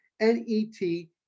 N-E-T